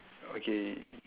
okay